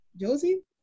Josie